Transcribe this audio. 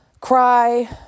cry